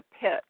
pit